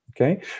Okay